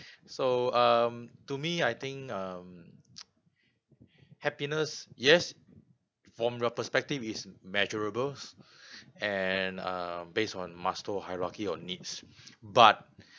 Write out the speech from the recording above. so um to me I think um happiness yes from your perspective is measurables and uh based on maslow hierarchy of needs but